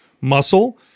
muscle